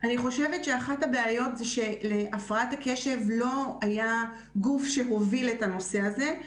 אני חושבת שאחת הבעיות זה שלהפרעת הקשב לא היה גוף שהוביל את הנושא הזה,